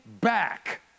back